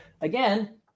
Again